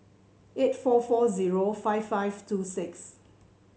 eight four four zero five five two six